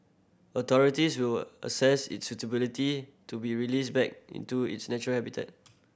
authorities will assess its suitability to be released back into its natural habitat